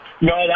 No